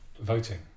voting